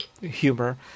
humor